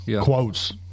Quotes